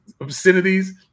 obscenities